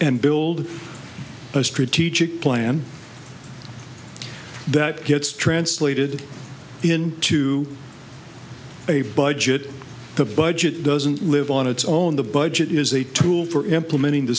and build a strategic plan that gets translated into a budget the budget doesn't live on its own the budget is a tool for implementing the